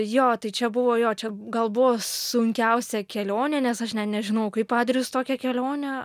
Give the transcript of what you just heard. jo tai čia buvo jo čia gal buvo sunkiausia kelionė nes aš nežinojau kaip adrijus tokią kelionę